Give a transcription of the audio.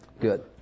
Good